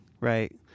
right